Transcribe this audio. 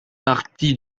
parties